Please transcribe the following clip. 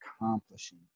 accomplishing